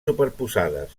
superposades